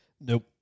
Nope